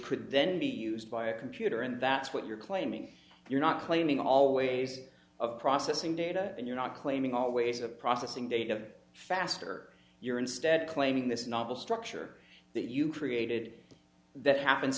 could then be used by a computer and that's what you're claiming you're not claiming always of processing data and you're not claiming all ways of processing data faster you're instead claiming this novel structure that you created that happens